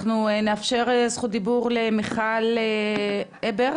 אנחנו נאפשר זכות דיבור למיכל אברט